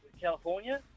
California